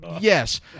yes